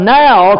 now